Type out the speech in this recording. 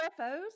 UFOs